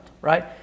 right